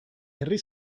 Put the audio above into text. herri